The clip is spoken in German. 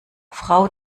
frau